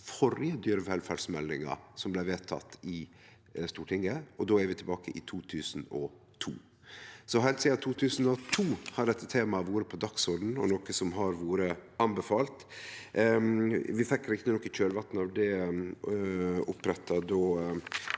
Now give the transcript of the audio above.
førre dyrevelferdsmeldinga som blei vedteken i Stortinget, og då er vi tilbake i 2002. Heilt sidan 2002 har dette temaet vore på dagsordenen og noko som har vore anbefalt. Vi fekk rett nok i kjølvatnet av det oppretta